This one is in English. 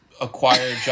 acquire